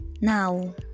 Now